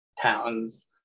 towns